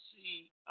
see